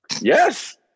Yes